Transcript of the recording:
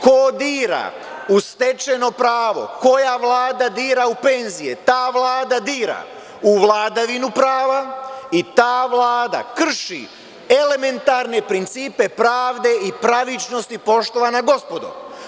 Ko dira u stečeno pravo, koja Vlada dira u penzije, ta Vlada dira u vladavinu prava i ta vlada krši elementarne principe pravde i pravičnosti poštovana gospodo.